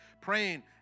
praying